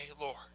Lord